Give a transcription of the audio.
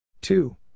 two